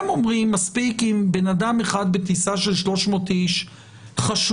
שמספיק אם בן אדם אחד בטיסה של 300 אנשים חשוד,